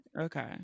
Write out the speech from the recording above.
Okay